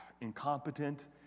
incompetent